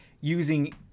using